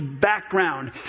background